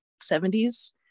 70s